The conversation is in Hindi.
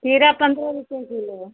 खीरा पन्द्रह रुपए किलो